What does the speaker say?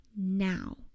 now